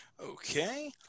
okay